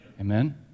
Amen